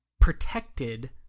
protected